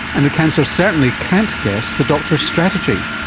and the cancer certainly can't guess the doctor's strategy.